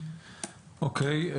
אוקיי.